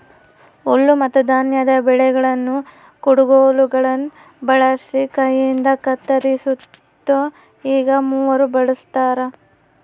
ಹುಲ್ಲುಮತ್ತುಧಾನ್ಯದ ಬೆಳೆಗಳನ್ನು ಕುಡಗೋಲುಗುಳ್ನ ಬಳಸಿ ಕೈಯಿಂದಕತ್ತರಿಸ್ತಿತ್ತು ಈಗ ಮೂವರ್ ಬಳಸ್ತಾರ